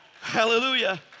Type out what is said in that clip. Hallelujah